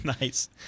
nice